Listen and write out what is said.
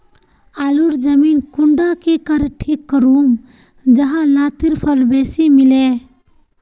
आलूर जमीन कुंडा की करे ठीक करूम जाहा लात्तिर फल बेसी मिले?